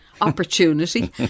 opportunity